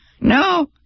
no